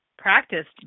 practiced